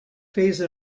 phase